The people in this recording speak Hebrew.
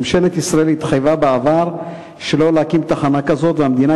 ממשלת ישראל התחייבה בעבר שלא להקים תחנה כזו והמדינה